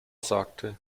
sagte